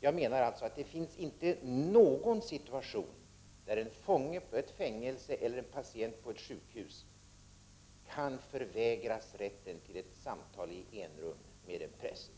Jag menar alltså att det inte finns någon situation, där en fånge på ett fängelse eller en patient på ett sjukhus kan förvägras rätten till ett samtal i enrum med en präst.